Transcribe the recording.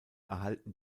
erhalten